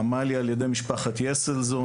עמליה על ידי משפחת יסלזון,